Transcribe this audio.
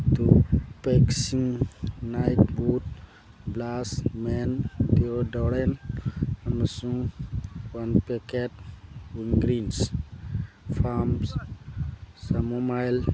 two ꯄꯦꯛꯁꯤꯡ night boot brush men deodorant ꯑꯃꯁꯨꯡ phone packet ꯍꯨꯟꯗ꯭ꯔꯤꯟꯁ ꯐꯥꯝꯁ ꯆꯃꯣꯃꯥꯏꯜ